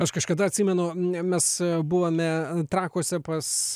aš kažkada atsimenu ne mes buvome trakuose pas